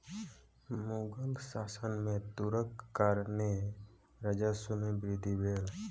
मुग़ल शासन में तूरक कारणेँ राजस्व में वृद्धि भेल